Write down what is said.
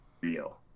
real